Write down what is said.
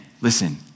Listen